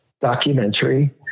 documentary